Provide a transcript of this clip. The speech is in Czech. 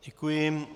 Děkuji.